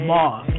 Moss